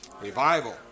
Revival